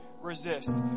resist